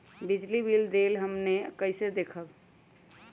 बिजली बिल देल हमन कईसे देखब?